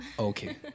Okay